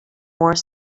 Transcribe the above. more